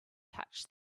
touched